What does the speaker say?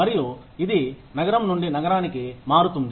మరియు ఇది నగరం నుండి నగరానికి మారుతుంది